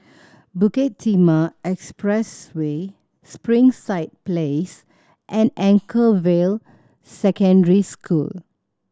Bukit Timah Expressway Springside Place and Anchorvale Secondary School